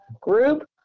group